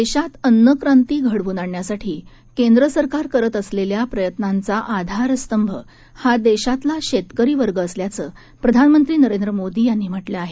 देशात अन्नक्रांती घडवून आणण्यासाठी केंद्र सरकार करत असलेल्या प्रयत्नाचा आधारस्तंभ हा देशातला शेतकरीवर्ग असल्याचं प्रधानमंत्री नरेंद्र मोदी यांनी म्हटलं आहे